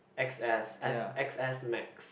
X_S S X_S max